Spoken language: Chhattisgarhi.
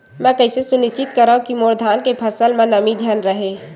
मैं कइसे सुनिश्चित करव कि मोर धान के फसल म नमी झन रहे?